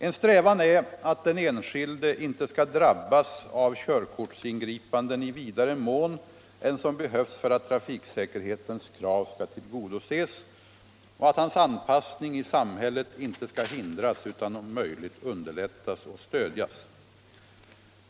En strävan är att den enskilde inte skall drabbas av körkortsingripanden i vidare mån än som behövs för att trafiksäkerhetens krav skall tillgodoses och att hans anpassning i samhället inte skall hindras utan om möjligt underlättas och stödjas.